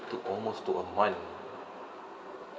to almost to a month